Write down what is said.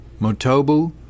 Motobu